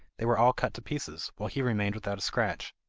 they were all cut to pieces, while he remained without a scratch.